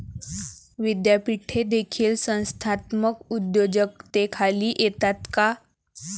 विद्यापीठे देखील संस्थात्मक उद्योजकतेखाली येतात का?